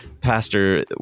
Pastor